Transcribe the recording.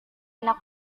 enak